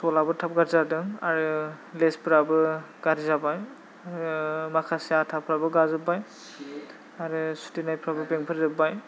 सलाबो थाब गाज्रि जादों आरो लेसफोराबो गाज्रि जाबाय माखासे आथाफोराबो गाज्रि जाबाय आरो सुथेनायफ्राबो गेंफोरजोबबाय